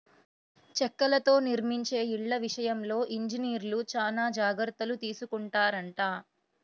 చెక్కలతో నిర్మించే ఇళ్ళ విషయంలో ఇంజనీర్లు చానా జాగర్తలు తీసుకొంటారంట